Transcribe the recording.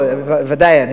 ודאי,